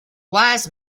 wise